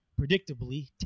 predictably